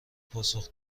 پاسخ